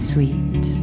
Sweet